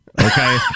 Okay